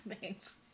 Thanks